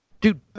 dude